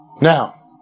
Now